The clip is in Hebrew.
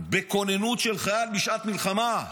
בכוננות של חייל בשעת מלחמה.